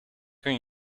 kan